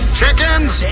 chickens